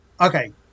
Okay